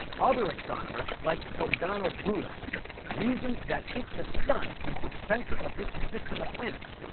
other astronomers like giordano bruno reasoned that if the sun is the center of this system of planets,